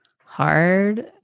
hard